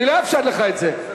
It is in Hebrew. אני לא אאפשר לך את זה.